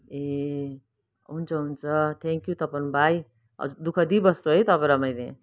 ए हुन्छ हुन्छ thank you Tapan भाइ हजुर दु ख दिइबस्छु है तपाईँलाई मैले